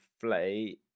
Flay